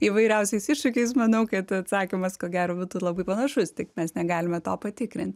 įvairiausiais iššūkiais manau kad atsakymas ko gero būtų labai panašus tik mes negalime to patikrint